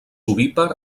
ovípar